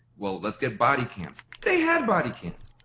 well, let's get body cams. they had body cams.